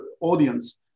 audience